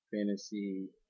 fantasy